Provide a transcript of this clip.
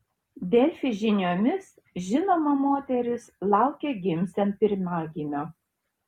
delfi žiniomis žinoma moteris laukia gimsiant pirmagimio